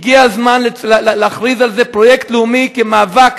הגיע הזמן להכריז על זה פרויקט לאומי, כמאבק.